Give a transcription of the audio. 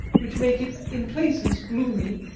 which make it in places gloomy,